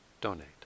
donate